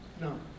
No